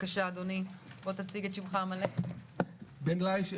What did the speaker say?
אדי בן ליש,